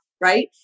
right